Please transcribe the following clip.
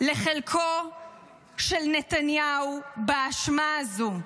לחלקו של נתניהו באשמה הזו,